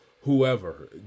whoever